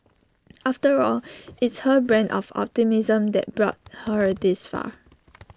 after all it's her brand of optimism that brought her this far